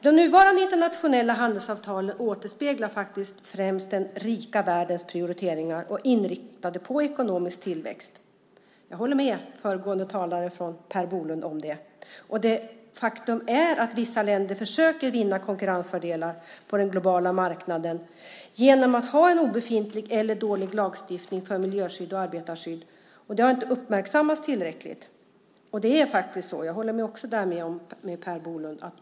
De nuvarande internationella handelsavtalen återspeglar främst den rika världens prioriteringar och är inriktade på ekonomisk tillväxt. Jag håller med Per Bolund om det. Faktum är att vissa länder försöker vinna konkurrensfördelar på den globala marknaden genom att ha en obefintlig eller dålig lagstiftning för miljöskydd och arbetarskydd, och det har inte uppmärksammats tillräckligt. Också där håller jag med Per Bolund.